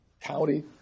county